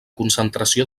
concentració